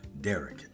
Derek